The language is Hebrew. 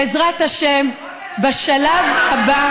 בעזרת השם בשלב הבא